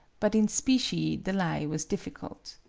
but in specie the lie was difficult.